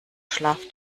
schlaf